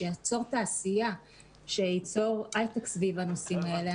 שייצור את העשייה ושייצור הייטק סביב הנושאים האלה.